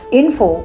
info